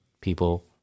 people